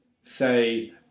Say